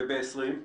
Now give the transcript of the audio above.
וב-20?